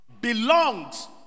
belongs